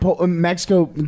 Mexico